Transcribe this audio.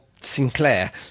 Sinclair